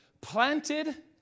planted